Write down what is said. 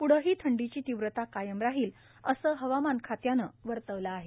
पुढंही थंडीची तीव्रता कायम राहील असं हवामान खात्यानं वर्तवलं आहे